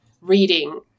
reading